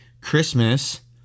Christmas